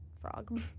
frog